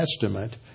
Testament